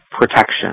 protection